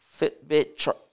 Fitbit